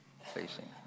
facing